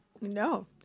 No